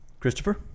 Christopher